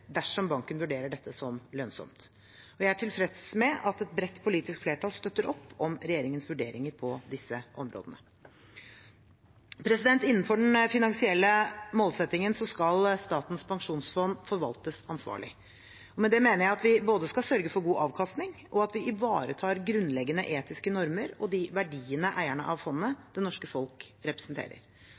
dersom banken vurderer dette som lønnsomt. Jeg er tilfreds med at et bredt politisk flertall støtter opp om regjeringens vurderinger på disse områdene. Innenfor den finansielle målsettingen skal Statens pensjonsfond forvaltes ansvarlig. Med det mener jeg at vi skal sørge for både god avkastning og at vi ivaretar grunnleggende etiske normer og de verdiene eierne av fondet, det norske folk, representerer.